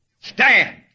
Stand